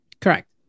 Correct